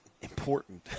important